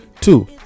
Two